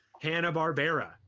hanna-barbera